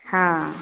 हँ